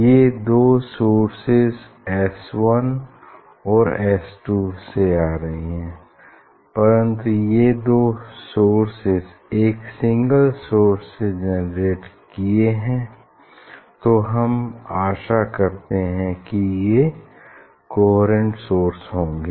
ये दो sources S one और एस टू से आ रही है परन्तु ये दो सोर्सेज एक सिंगल सोर्स से जेनेरेट किये हैं तो हम आशा करते हैं की ये कोहेरेंट सोर्स होंगे